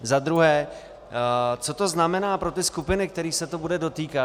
Za druhé, co to znamená pro ty skupiny, kterých se to bude dotýkat?